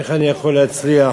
איך אני יכול להצליח?